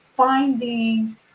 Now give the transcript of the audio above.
finding